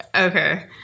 Okay